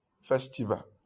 festival